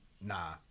nah